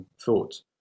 thought